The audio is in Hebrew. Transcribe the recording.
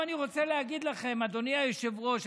אדוני היושב-ראש,